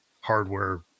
hardware